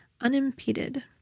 unimpeded